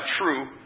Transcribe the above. true